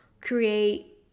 create